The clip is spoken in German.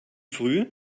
früh